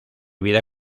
vida